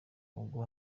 ubwo